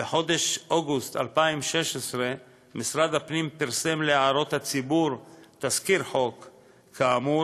בחודש אוגוסט 2016 פרסם משרד הפנים להערות הציבור תזכיר חוק כאמור,